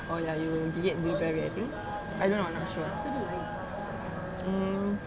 oh ya you gigit blueberry I think I don't know I'm not sure mm